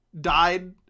died